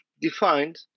defined